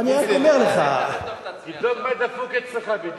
תבדוק מה דפוק אצלך בדיוק.